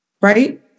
Right